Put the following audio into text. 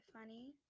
funny